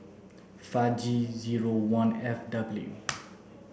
five G zero one F W